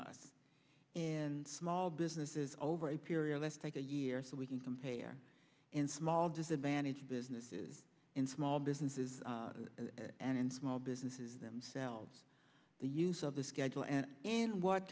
us and small businesses over a period estimated year so we can compare in small disadvantage businesses in small businesses and in small businesses themselves the use of the schedule and in what